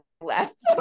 left